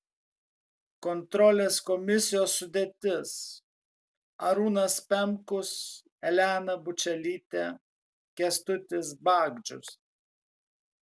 kontrolės komisijos sudėtis arūnas pemkus elena bučelytė kęstutis bagdžius